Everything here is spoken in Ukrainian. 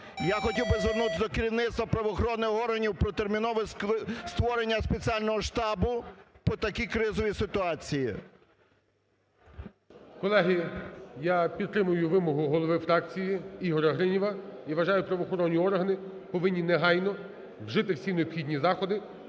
Я хотів би звернутися до керівництва правоохоронних органів про термінове створення спеціального штабу по такій кризовій ситуації. ГОЛОВУЮЧИЙ. Колеги, я підтримую вимогу голови фракції Ігоря Гриніва. І вважаю, правоохоронні повинні негайно вжити всі необхідні заходи